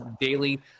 daily